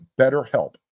BetterHelp